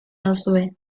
nauzue